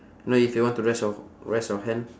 know if you want to rest your rest your hand